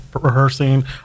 rehearsing